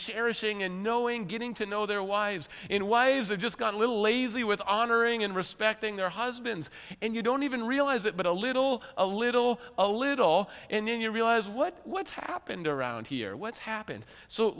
cherishing and knowing getting to know their wives in wives or just got a little lazy with honoring and respecting their husbands and you don't even realize it but a little a little a little in your realize what's happened around here what's happened so